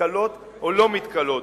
מתכלות או לא מתכלות,